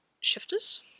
shifters